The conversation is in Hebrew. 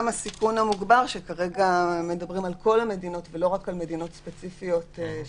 יש גם סיכון מוגבר שתקף לגבי כל המדינות ולא רק למדינות ספציפיות,